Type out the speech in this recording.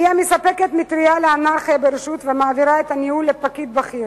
היא המספקת מטרייה לאנרכיה ברשות ומעבירה את הניהול לפקיד בכיר.